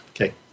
Okay